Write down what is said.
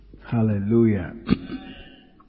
Hallelujah